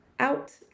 out